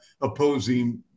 opposing